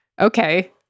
Okay